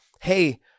hey